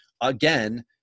Again